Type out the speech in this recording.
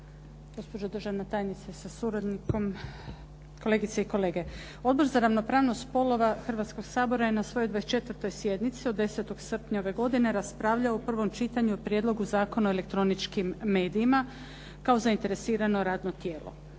Gospođo državna tajnice sa suradnikom. Kolegice i kolege. Odbor za ravnopravnost spolova Hrvatskoga sabora je na svojoj 24. sjednici od 10. srpnja ove godine raspravljao u prvom čitanju o Prijedlogu zakona o elektroničkim medijima kao zainteresirano radno tijelo.